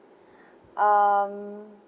um